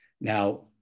Now